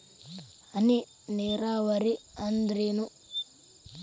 ಹನಿ ನೇರಾವರಿ ಅಂದ್ರೇನ್ರೇ?